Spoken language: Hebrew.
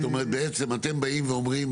בעצם אתם באים ואומרים,